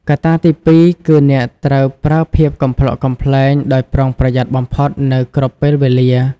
កត្តាទីពីរគឺអ្នកត្រូវប្រើភាពកំប្លុកកំប្លែងដោយប្រុងប្រយ័ត្នបំផុតនៅគ្រប់ពេលវេលា។